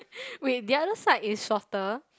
wait the other side is shorter